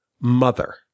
Mother